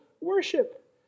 worship